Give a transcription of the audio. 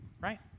right